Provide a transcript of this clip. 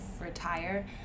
retire